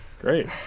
great